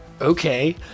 Okay